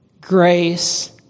grace